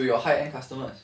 to your high end customers